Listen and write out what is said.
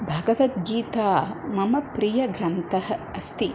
भगवद्गीता मम प्रियः ग्रन्थः अस्ति